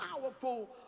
powerful